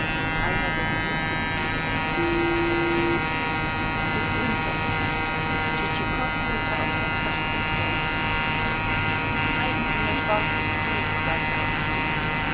einer der die mütze zieht die gründe tschitschikow holte aus der tasche das geld zeigen sie mir schwarzes tuch sagte eine stimme